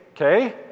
Okay